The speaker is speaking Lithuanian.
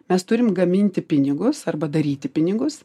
mes turim gaminti pinigus arba daryti pinigus